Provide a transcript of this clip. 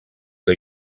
que